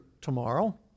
tomorrow